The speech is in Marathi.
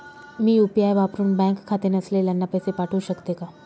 मी यू.पी.आय वापरुन बँक खाते नसलेल्यांना पैसे पाठवू शकते का?